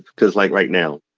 cause, like, right now,